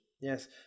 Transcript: Yes